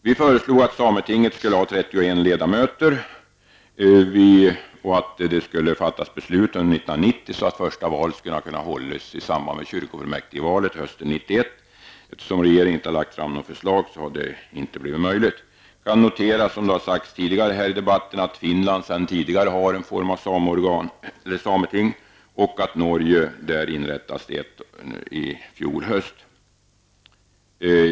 Vi föreslog att sametinget skulle ha 31 ledamöter och att beslut skulle fattas under 1990 så att det första valet skulle ha kunnat hållas i samband med kyrkofullmäktigevalet hösten 1991. Eftersom regeringen inte har lagt fram något förslag har detta inte blivit möjligt. Som det har påpekats tidigare i debatten noterar jag att Finland sedan tidigare har en form av sameting och att ett sådant i Norge inrättades i fjol höst.